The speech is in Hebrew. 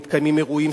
ומתקיימים אירועים,